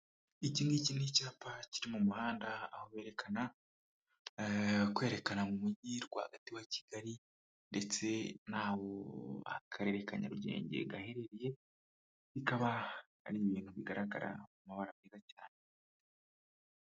Iki ngiki ni icyapa kiri mu muhanda, aho berekana, kwerekana mu mujyi rwagati wa Kigali ndetse n'aho akarere ka Nyarugenge gaherereye, bikaba ari ibintu bigaragara mu mabara meza cyane.